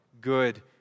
good